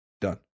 Done